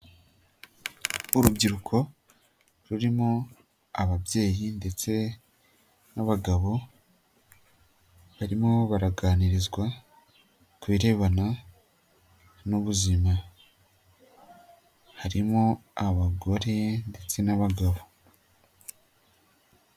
Urubyiruko rurimo ababyeyi ndetse n'abagabo, barimo baraganirizwa ku birebana n'ubuzima harimo abagore ndetse n'abagabo.